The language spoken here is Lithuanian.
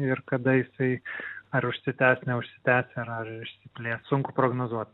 ir kada jisai ar užsitęs neužsitęs ir ar išsiplės sunku prognozuot